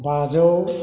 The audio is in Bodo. बाजौ